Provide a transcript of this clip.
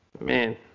man